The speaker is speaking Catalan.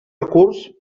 recurs